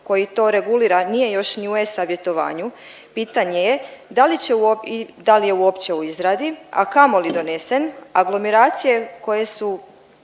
koji to regulira nije još ni u e-Savjetovanju, pitanje je da li će uopće i da li je uopće u izradi, a kamoli donesen, aglomeracije koje su